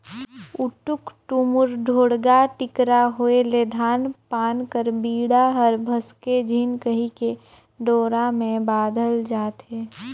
उटुक टुमुर, ढोड़गा टिकरा होए ले धान पान कर बीड़ा हर भसके झिन कहिके डोरा मे बाधल जाथे